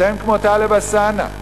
אתם כמו טלב אלסאנע,